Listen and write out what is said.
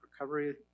recovery